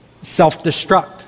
self-destruct